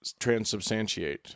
transubstantiate